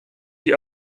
die